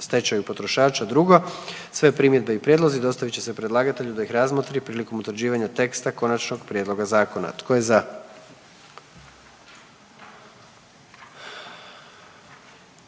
divljim vrstama i 2. Sve primjedbe i prijedlozi dostavit će se predlagatelju da ih razmotri prilikom utvrđivanja teksta konačnog prijedloga zakona. Tko je za?